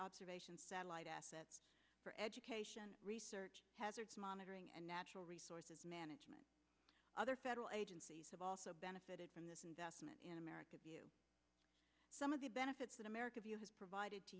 observation satellite assets for education research monitoring and natural resources management other federal agencies have also benefited from this investment in america view some of the benefits that america has provided to